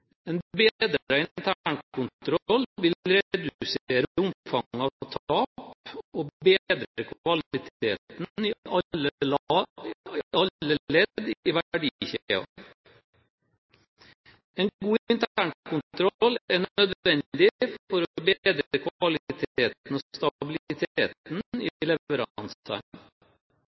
bedres. En bedret internkontroll vil redusere omfanget av tap og bedre kvaliteten i alle ledd i verdikjeden. En god internkontroll er nødvendig for å bedre kvaliteten og stabiliteten i leveransene. For å lykkes i dette arbeidet må de